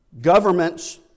Governments